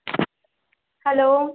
hello